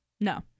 No